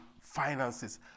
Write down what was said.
finances